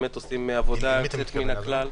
באמת עושים יוצאת מן הכלל.